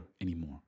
anymore